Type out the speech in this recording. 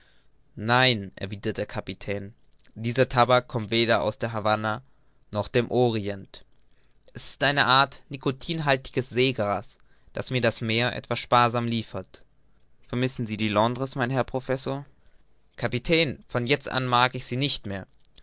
nein erwiderte der kapitän dieser tabak kommt weder aus der havanna noch dem orient es ist eine art nicotinhaltiges seegras das mir das meer etwas sparsam liefert vermissen sie die londres mein herr professor kapitän von jetzt an mag ich sie nicht mehr